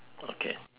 okay